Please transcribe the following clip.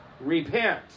repent